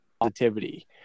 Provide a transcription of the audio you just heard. positivity